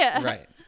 right